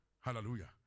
Hallelujah